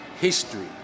history